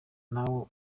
nawe